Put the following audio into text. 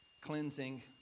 cleansing